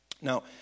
Now